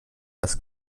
das